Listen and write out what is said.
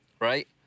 right